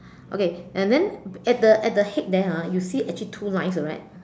okay and then at the at the head there ha you see actually two lines correct